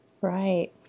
Right